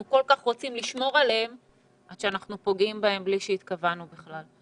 אנחנו כל כך רוצים לשמור עליהם עד שאנחנו פוגעים בהם בלי שהתכוונו בכלל.